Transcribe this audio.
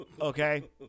Okay